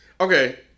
Okay